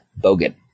Bogan